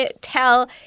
tell